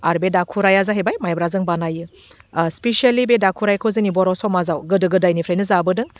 आरो बे दाखुराया जाहैबाय माइब्राजों बानायो स्पेसेलि बे दाखुराइखौ जोंनि बर' समाजाव गोदो गोदायनिफ्रायनो जाबोदों